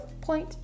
point